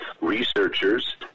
researchers